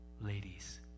ladies